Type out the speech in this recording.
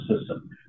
system